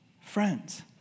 Friends